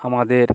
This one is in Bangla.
আমাদের